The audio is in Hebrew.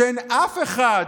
שאין אף אחד